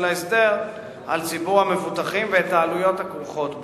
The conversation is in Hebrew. ההסדר על ציבור המבוטחים ואת העלויות הכרוכות בו.